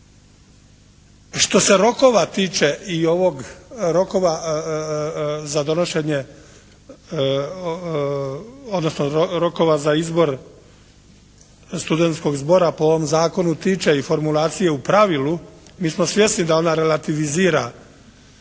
odnosno rokova za izbor studenskog zbora po ovom zakonu tiče i formulacije u pravilu mi smo svjesni da ona relativizira